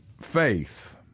faith